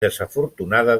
desafortunada